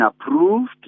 approved